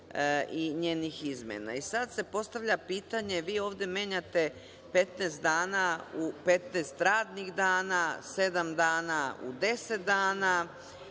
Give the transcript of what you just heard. i njenih izmena. Sada se postavlja pitanje, vi ovde menjate 15 dana u 15 radnih dana, sedam dana u 10 dana,